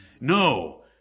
No